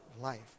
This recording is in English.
life